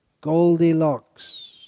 Goldilocks